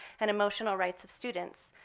and emotional rights of students.